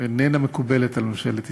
איננה מקובלת על ממשלת ישראל,